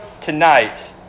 tonight